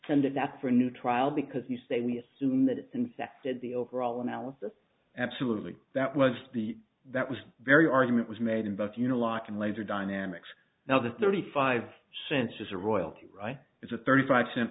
send to that for a new trial because you say we assume that it's infected the overall analysis absolutely that was the that was very argument was made in both uniloc and laser dynamics now the thirty five cents is a royalty right it's a thirty five percent